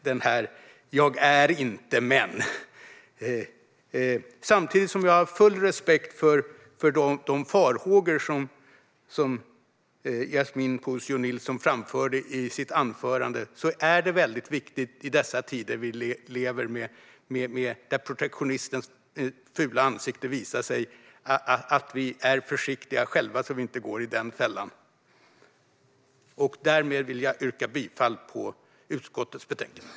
Det lät lite som: "Jag är inte, men." Jag har full respekt för de farhågor som Yasmine Posio Nilsson framförde i sitt anförande. Samtidigt är det väldigt viktigt i dessa tider, när protektionismens fula ansikte visar sig, att vi är försiktiga själva så att vi inte går i den fällan. Därmed vill jag yrka bifall till utskottets förslag i betänkandet.